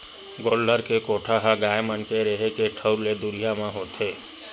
गोल्लर के कोठा ह गाय मन के रेहे के ठउर ले दुरिया म होथे